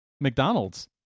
McDonald's